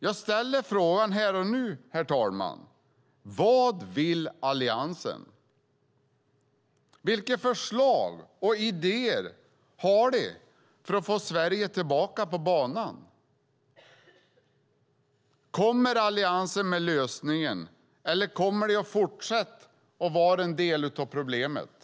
Jag frågar här och nu, herr talman: Vad vill Alliansen? Vilka förslag och idéer har de för att få Sverige tillbaka på banan? Kommer Alliansen med lösningen, eller kommer de att fortsätta att vara en del av problemet?